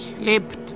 lebt